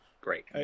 Great